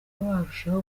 barushaho